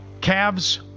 Cavs